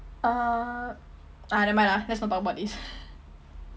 uh ah nevermind lah let's not talk about this